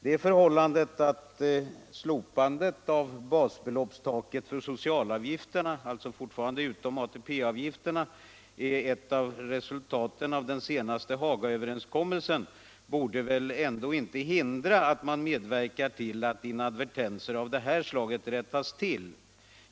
Det förhållandet att slopandet av basbeloppstaket för socialavgifterna — alltså fortfarande utom ATP-avgifterna — är ett av resultaten av den senaste Hagaöverenskommelsen borde väl ändå inte hindra att man medverkar till att inadvertenser av det här slaget rättas till.